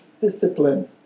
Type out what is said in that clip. discipline